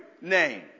name